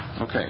Okay